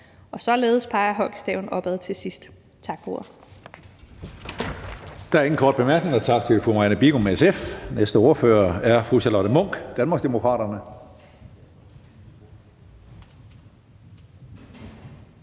og således peger hockeystaven opad til sidst. Tak for ordet.